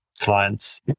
clients